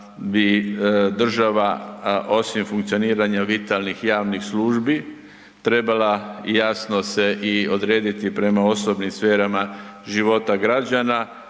bi država osim funkcioniranja vitalnih i javnih službi, trebala jasno se i odrediti prema osobnim sferama života građana,